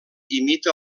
imita